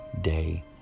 day